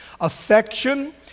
Affection